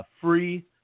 free